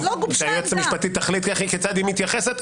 היועצת המשפטית תחליט כיצד היא מתייחסת.